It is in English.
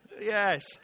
yes